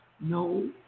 No